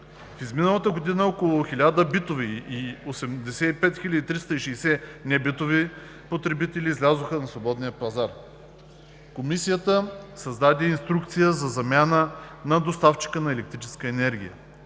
В изминалата година около 1000 битови и 85360 небитови потребители излязоха на свободния пазар. Комисията създаде инструкция за замяна на доставчика на електрическа енергия,